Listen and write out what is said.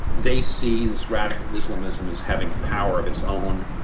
they see this radical islamism as having a power of its own,